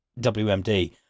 WMD